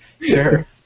sure